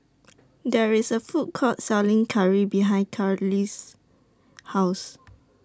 There IS A Food Court Selling Curry behind Carolee's House